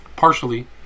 Partially